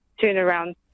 turnaround